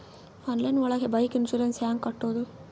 Online ಒಳಗೆ bike insurance ಹ್ಯಾಂಗ್ ಕಟ್ಟುದು?